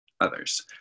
others